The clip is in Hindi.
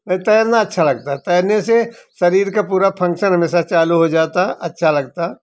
नहीं तैरना अच्छा लगता है तैरने से शरीर के पूरा फंक्शन हमेशा चालू हो जाता अच्छा लगता